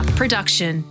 production